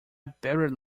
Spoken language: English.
barely